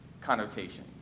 connotation